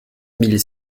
mille